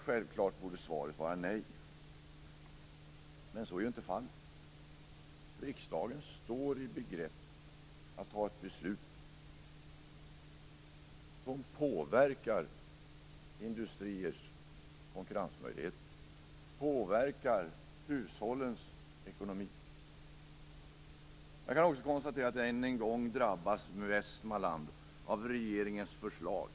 Självklart borde svaret vara nej, men så är inte fallet. Riksdagen står ju i begrepp att fatta ett beslut som påverkar industriers konkurrensmöjligheter och hushållens ekonomi. Än en gång drabbas Västmanland av regeringens förslag.